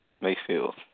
Mayfield